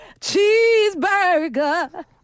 Cheeseburger